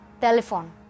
telephone